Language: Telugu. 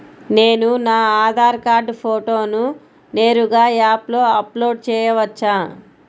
నేను నా ఆధార్ కార్డ్ ఫోటోను నేరుగా యాప్లో అప్లోడ్ చేయవచ్చా?